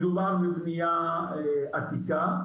מדובר בבנייה עתיקה.